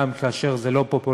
גם כאשר זה לא פופולרי,